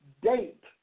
Date